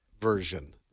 version